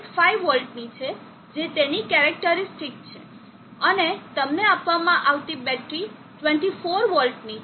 5 વોલ્ટની છે જે તેની કેરેકટરીસ્ટીક છે અને તમને આપવામાં આવતી બેટરી 24 v ની છે